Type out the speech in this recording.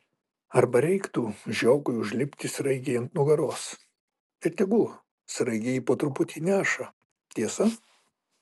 arba reiktų žiogui užlipti sraigei ant nugaros ir tegul sraigė jį po truputį neša tiesa